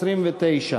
הוועדה.